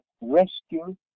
rescue